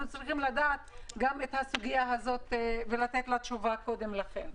אנחנו צריכים לדעת את הסוגיה הזאת ולקבל תשובה קודם לכן.